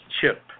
CHIP